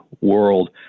world